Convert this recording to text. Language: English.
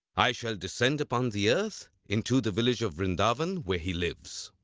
i shall descend upon the earth, into the village of vrindavan where he lives.